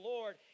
Lord